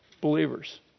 believers